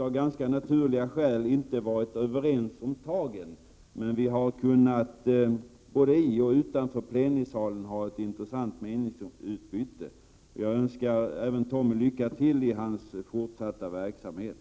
Av naturliga skäl har vi inte varit överens om tagen, men vi har haft ett intressant meningsutbyte både i och utanför plenisalen. Jag önskar Tommy Franzén lycka till i hans fortsatta verksamhet.